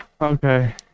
Okay